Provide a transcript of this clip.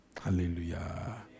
Hallelujah